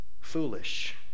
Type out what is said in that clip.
foolish